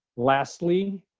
lastly,